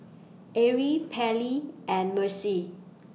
Arely Pallie and Mercer